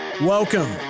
Welcome